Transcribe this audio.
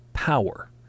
power